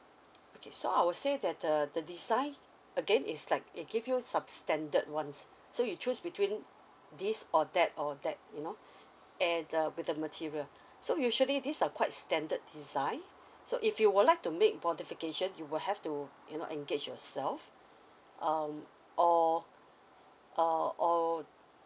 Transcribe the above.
okay so I will say that the the design again is like it give you substandard ones so you choose between this or that or that you know and with the material so usually these are quite standard design so if you would like to make modification you will have to you know engage yourself um or uh or